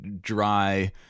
dry